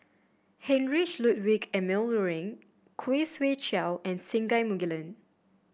Heinrich Ludwig Emil Luering Khoo Swee Chiow and Singai Mukilan